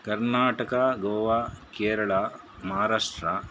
Karnataka Goa Kerala Maharashtra